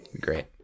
Great